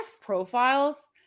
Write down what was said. profiles